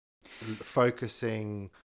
focusing